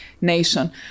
nation